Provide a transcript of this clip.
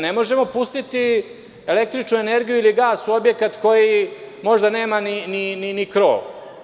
Ne možemo pustiti električnu energiju ili gas u objekat koji možda nema ni krov.